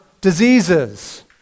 diseases